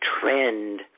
trend